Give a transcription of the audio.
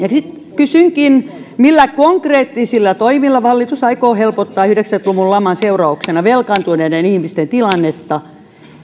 kysynkin millä konkreettisilla toimilla hallitus aikoo helpottaa yhdeksänkymmentä luvun laman seurauksena velkaantuneiden ihmisten tilannetta